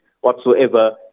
whatsoever